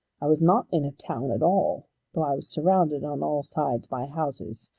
i was not in a town at all though i was surrounded on all sides by houses.